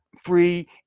free